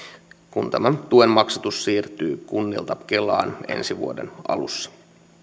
kun tämän tuen maksatus siirtyy kunnilta kelaan ensi vuoden alussa